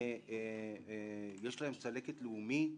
ויש להם צלקת לאומית.